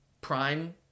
prime